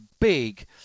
big